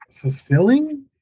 fulfilling